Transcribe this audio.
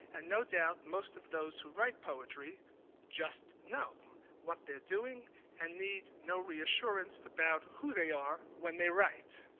and no doubt most of those who write poetry just know what they're doing and need no reassurance about who they are when they write.